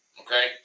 Okay